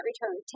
return